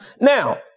Now